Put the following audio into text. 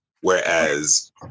Whereas